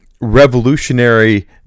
revolutionary